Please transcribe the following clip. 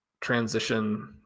transition